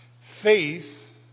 Faith